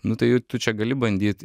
nu tai tu čia gali bandyt